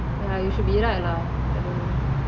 ya you should be right lah I don't know